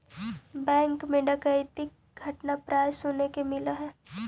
bank मैं डकैती के घटना प्राय सुने के मिलऽ हइ